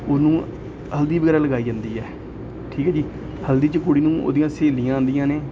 ਉਹਨੂੰ ਹਲਦੀ ਵਗੈਰਾ ਲਗਾਈ ਜਾਂਦੀ ਹੈ ਠੀਕ ਹੈ ਜੀ ਹਲਦੀ 'ਚ ਕੁੜੀ ਨੂੰ ਉਹਦੀਆਂ ਸਹੇਲੀਆਂ ਆਉਂਦੀਆਂ ਨੇ